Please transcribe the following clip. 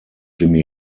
jimi